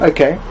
Okay